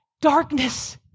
darkness